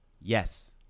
Yes